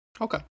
okay